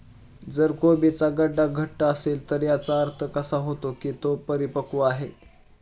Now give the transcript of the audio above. जर कोबीचा गड्डा घट्ट असेल तर याचा अर्थ असा होतो की तो परिपक्व आहे